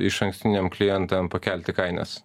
išankstiniam klientam pakelti kainas